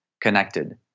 connected